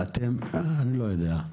אני לא יודע.